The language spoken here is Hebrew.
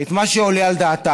את מה שעולה על דעתם.